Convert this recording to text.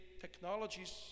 technologies